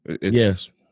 Yes